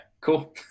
cool